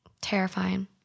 terrifying